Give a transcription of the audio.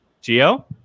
Geo